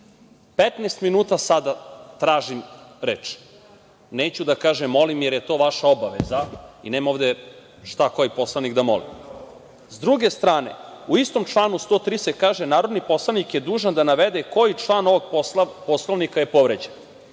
minuta sada tražim reč. Neću da kažem molim, jer je to vaša obaveza i nema ovde šta koji poslanik da moli.S druge strane, u istom članu 103. se kaže: „Narodni poslanik je dužan da navede koji član ovog Poslovnika je povređen